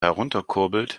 herunterkurbelt